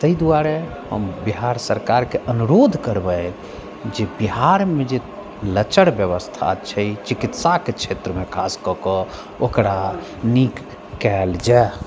ताहि दुआरे हम बिहार सरकारके अनुरोध करबनि जे बिहारमे जे लचर व्यवस्था छै चिकित्साके क्षेत्रमे खास कऽ कऽ ओकरा नीक कयल जाए